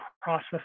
process